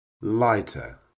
Lighter